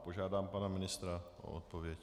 Požádám pana ministra o odpověď.